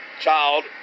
child